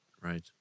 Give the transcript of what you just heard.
right